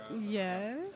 Yes